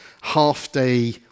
half-day